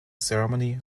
ceremony